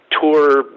tour